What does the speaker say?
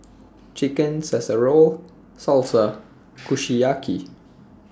Chicken Casserole Salsa Kushiyaki